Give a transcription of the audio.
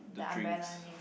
the drinks